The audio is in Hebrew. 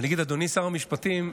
אדוני שר המשפטים,